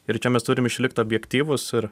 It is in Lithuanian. ir čia mes turim išlikt objektyvūs ir